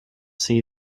see